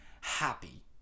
happy